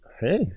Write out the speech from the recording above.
Hey